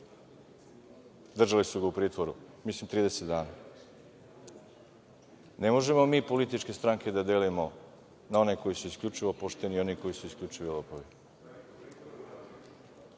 Držali su ga u pritvoru mislim 30 dana. Ne možemo mi političke stranke da delimo na one koje su isključivo poštene i one koji su isključivo